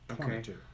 Okay